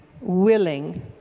willing